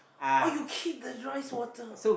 oh you keep the rice water